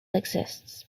exists